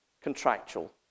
contractual